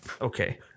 Okay